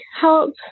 help